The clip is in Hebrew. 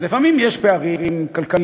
אז לפעמים יש פערים כלכליים,